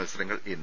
മത്സരങ്ങൾ ഇന്ന്